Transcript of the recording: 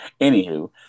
Anywho